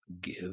give